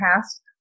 past